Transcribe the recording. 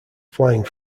flying